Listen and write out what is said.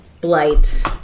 Blight